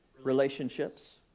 relationships